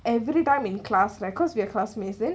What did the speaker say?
everytime in class because we're classmates then